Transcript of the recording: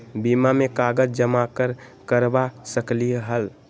बीमा में कागज जमाकर करवा सकलीहल?